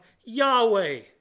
Yahweh